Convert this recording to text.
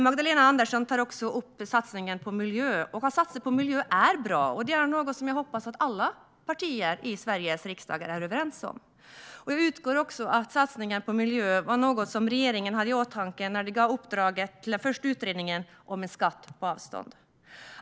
Magdalena Andersson tog upp satsningen på miljö. Det är bra att man satsar på miljö, vilket jag hoppas att alla partier i Sveriges riksdag är överens om. Jag utgår också från att satsningar på miljö var något som regeringen hade i åtanke när de gav uppdraget till den första utredningen om en skatt på avstånd.